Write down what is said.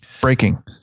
breaking